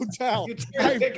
hotel